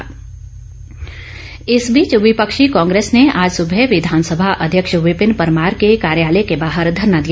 धरना इस बीच विपक्षी कांग्रेस ने आज सुबह विधानसभा अध्यक्ष विपन परमार के कार्यालय के बाहर धरना दिया